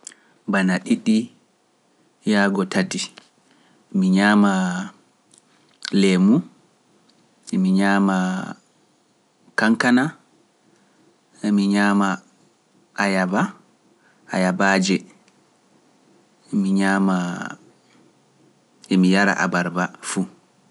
Bana ɗiɗi yaago tati, mi ñaama leemu, mi ñaama kankana, mi ñaama ayaba, ayabaaje, mi ñaama e mi yara abarba fuu.